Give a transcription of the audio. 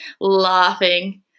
laughing